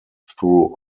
through